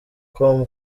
com